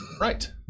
Right